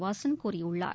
வாசன் கூறியுள்ளார்